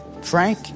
Frank